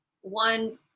one